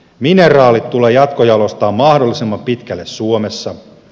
mineraalit tulee jatkojalostaa mahdollisimman pitkälle suomessa